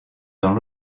dans